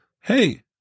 hey